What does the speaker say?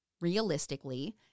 realistically